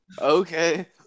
okay